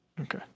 Okay